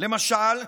למשל,